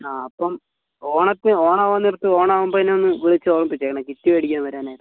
ആ അപ്പം ഓണത്തിന് ഓണാവാന്നേർത്ത് ഓണാവുമ്പോൾ എന്നെ ഒന്ന് വിളിച്ച് ഓർമ്മിപ്പിച്ചേക്കണെ കിറ്റ് മേടിക്കാൻ വരാനായി